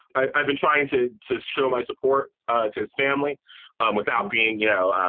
i've been trying to to show my support to his family um without being, you know,